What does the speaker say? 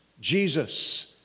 Jesus